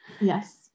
Yes